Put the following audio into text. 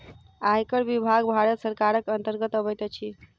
आयकर विभाग भारत सरकारक अन्तर्गत अबैत अछि